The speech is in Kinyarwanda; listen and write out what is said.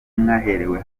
mwaherewe